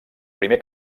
primer